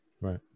Right